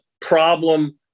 problem